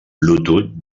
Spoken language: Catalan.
bluetooth